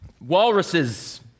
walruses